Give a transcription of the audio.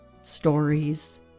stories